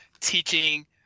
teaching